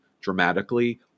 dramatically